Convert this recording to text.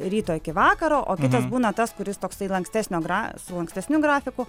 ryto iki vakaro o kitas būna tas kuris toksai lankstesnio gra su lankstesniu grafiku